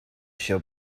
shall